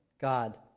God